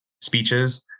speeches